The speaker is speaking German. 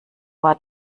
war